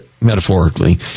metaphorically